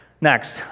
Next